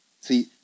See